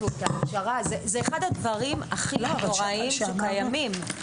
זה אחד הדברים הכי נוראיים שקיימים.